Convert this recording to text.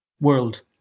world